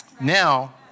Now